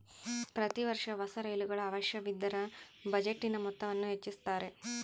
ಪ್ರತಿ ವರ್ಷ ಹೊಸ ರೈಲುಗಳ ಅವಶ್ಯವಿದ್ದರ ಬಜೆಟಿನ ಮೊತ್ತವನ್ನು ಹೆಚ್ಚಿಸುತ್ತಾರೆ